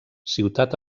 ciutat